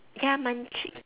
ya munch~